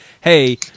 hey